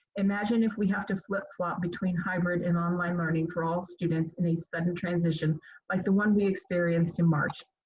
imagine if we have to flip flop between hybrid and online learning for all students in a sudden transition like the one we experienced in march.